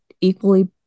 equally